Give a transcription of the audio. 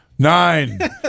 Nine